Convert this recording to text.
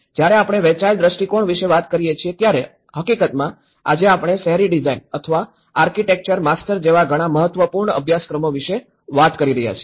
જ્યારે આપણે વહેંચાયેલ દ્રષ્ટિકોણ વિશે વાત કરીએ છીએ ત્યારે હકીકતમાં આજે આપણે શહેરી ડિઝાઇન અથવા આર્કિટેક્ચર માસ્ટર જેવા ઘણા મહત્વપૂર્ણ અભ્યાસક્રમો વિશે વાત કરી રહ્યા છીએ